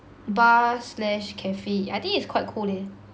bar slash cafe I think it's quite cool leh